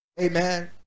amen